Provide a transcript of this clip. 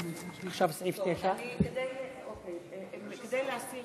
כדי להסיר